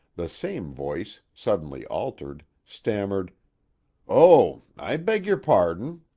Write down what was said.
the same voice, suddenly altered, stammered oh, i beg your pardon